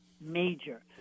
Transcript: Major